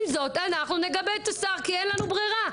אם זאת אנחנו נגבה את השר כי אין לנו ברירה.